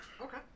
Okay